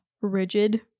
rigid